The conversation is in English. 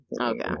Okay